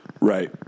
Right